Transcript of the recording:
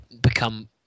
become